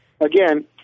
again